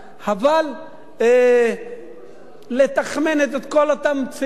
חבל לתכמן את כל אותם צעירים,